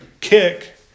kick